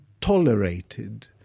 tolerated